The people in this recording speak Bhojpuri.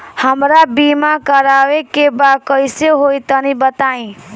हमरा बीमा करावे के बा कइसे होई तनि बताईं?